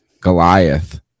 Goliath